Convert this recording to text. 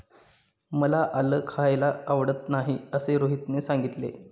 मला आलं खायला आवडत नाही असे रोहितने सांगितले